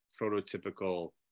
prototypical